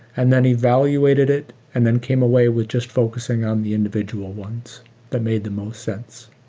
and then evaluated it and then came away with just focusing on the individual ones that made the most sense.